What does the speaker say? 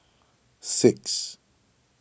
six